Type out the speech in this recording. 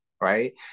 right